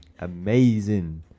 Amazing